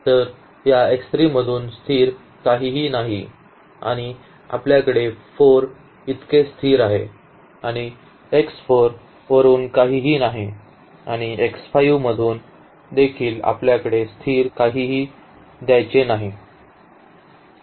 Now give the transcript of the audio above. तर या x 3 मधून स्थिर काहीही नाही आणि आपल्याकडे 4 इतके स्थिर आहे आणि x 4 वरुन काहीही नाही आणि x 5 मधून देखील आपल्याकडे स्थिर म्हणून काहीही घ्यायचे नाही